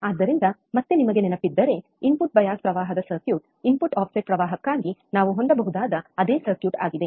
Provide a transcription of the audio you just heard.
ಆದ್ದರಿಂದ ಮತ್ತೆ ನೀವು ಹುಡುಗರಿಗೆ ನೆನಪಿದ್ದರೆ ಇನ್ಪುಟ್ ಬಯಾಸ್ ಪ್ರವಾಹದ ಸರ್ಕ್ಯೂಟ್ ಇನ್ಪುಟ್ ಆಫ್ಸೆಟ್ ಪ್ರವಾಹಕ್ಕಾಗಿ ನಾವು ಹೊಂದಬಹುದಾದ ಅದೇ ಸರ್ಕ್ಯೂಟ್ ಆಗಿದೆ